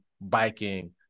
biking